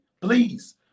Please